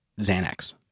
Xanax